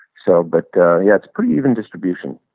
so but yeah it's pretty even distribution